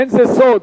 אין זה סוד